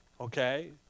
Okay